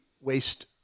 waste